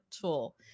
tool